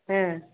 ஆ